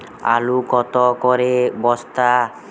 আলু কত করে বস্তা?